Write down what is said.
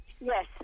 Yes